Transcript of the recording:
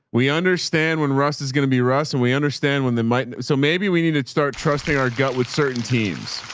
we understand when russ is going to be russ. and we understand when the mind, so maybe we need to start trusting our gut with certain teams.